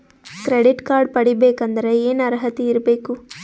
Credit card ಪಡಿಬೇಕಂದರ ಏನ ಅರ್ಹತಿ ಇರಬೇಕು?